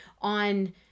on